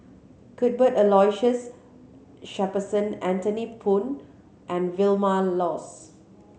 Cuthbert Aloysius Shepherdson Anthony Poon and Vilma Laus